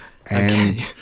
Okay